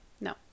no